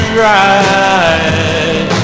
right